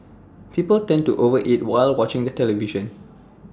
people tend to over eat while watching the television